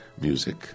music